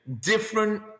different